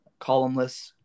columnless